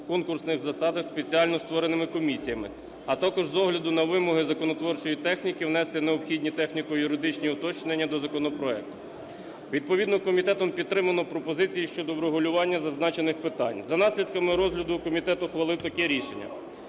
конкурсних засадах спеціально створеними комісіями. А також, з огляду на вимоги законотворчої техніки, внести необхідні техніко-юридичні уточнення до законопроекту. Відповідно комітетом підтримано пропозицію щодо врегулювання зазначених питань. За наслідками розгляду комітет ухвалив таке рішення: